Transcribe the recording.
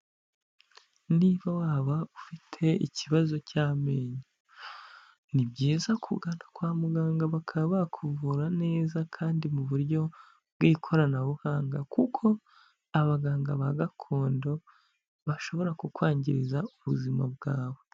Niba waba ufite ikibazo cy'amenyo, ni byiza kugana kwa muganga bakaba bakuvura neza kandi mu buryo bw'ikoranabuhanga, kuko abaganga ba gakondo bashobora kukwangiriza ubuzima bwawe.